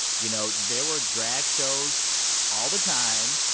you know, there were drag shows all the time,